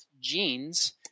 genes